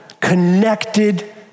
connected